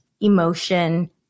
emotion